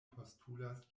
postulas